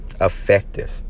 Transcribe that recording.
Effective